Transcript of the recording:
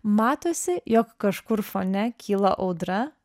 matosi jog kažkur fone kyla audra